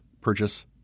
Purchase